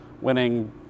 winning